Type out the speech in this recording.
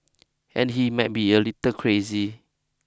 and he might be a little crazy